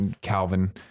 Calvin